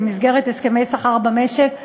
במסגרת הסכמי השכר במשק,